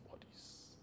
bodies